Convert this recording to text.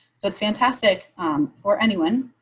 so it's fantastic for anyone.